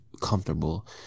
comfortable